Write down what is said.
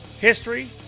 History